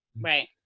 Right